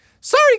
sorry